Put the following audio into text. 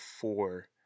four